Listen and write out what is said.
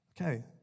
Okay